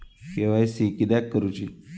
KYC किदयाक करूची?